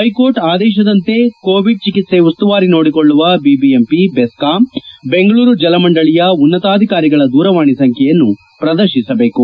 high court ಆದೇಶದಂತೆ Covid ಚಿಕಿತ್ತೆ ಉಸ್ತುವಾರಿ ನೋಡಿಕೊಳ್ಳುವ ಬಿಬಿಎಂಪಿ ಬೆಸ್ಕಾಂ ಬೆಂಗಳೂರು ಜಲಮಂಡಳಿಯ ಉನ್ನತಾಧಿಕಾರಿಗಳ ದೂರವಾಣಿ ಸಂಬ್ಲೆಯನ್ನು ಪ್ರದರ್ತಿಸಬೇಕು